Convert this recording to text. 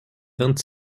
vingt